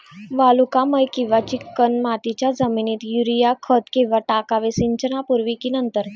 वालुकामय किंवा चिकणमातीच्या जमिनीत युरिया खत केव्हा टाकावे, सिंचनापूर्वी की नंतर?